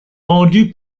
rendu